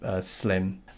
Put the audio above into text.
Slim